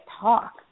talk